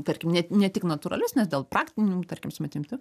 tarkim ne ne tik natūralius nes dėl praktinių tarkim sumetimų taip